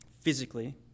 physically